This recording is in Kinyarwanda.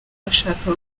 bashaka